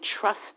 trust